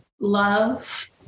love